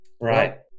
Right